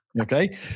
okay